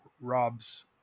Rob's